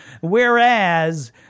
Whereas